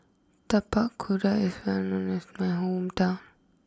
Tapak Kuda is well known is my hometown